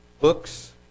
Books